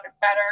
better